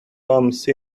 since